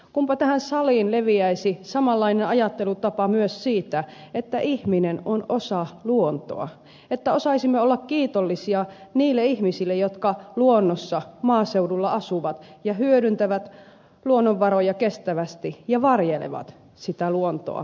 kunpa tähän saliin leviäisi samanlainen ajattelutapa myös siitä että ihminen on osa luontoa että osaisimme olla kiitollisia niille ihmisille jotka luonnossa maaseudulla asuvat ja hyödyntävät luonnonvaroja kestävästi ja varjelevat sitä luontoa käytännössä